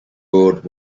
award